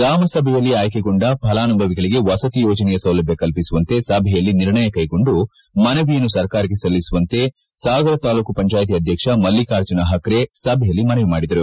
ಗ್ರಾಮಸಭೆಯಲ್ಲಿಯೇ ಆಯ್ನೆಗೊಂಡ ಫಲಾನುಭವಿಗಳಿಗೆ ವಸತಿ ಯೋಜನೆಯ ಸೌಲಭ್ದ ಕಲ್ಪಿಸುವಂತೆ ಸಭೆಯಲ್ಲಿ ನಿರ್ಣಯ ಕೈಗೊಂಡು ಮನವಿಯನ್ನು ಸರ್ಕಾರಕ್ಷೆ ಸಲ್ಲಿಸುವಂತೆ ಸಾಗರ ತಾಲೂಕು ಪಂಜಾಯಿತಿ ಅಧ್ಯಕ್ಷ ಮಲ್ಲಿಕಾರ್ಜುನ ಪಕ್ರೆ ಸಭೆಯಲ್ಲಿ ಮನವಿ ಮಾಡಿದರು